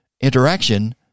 interaction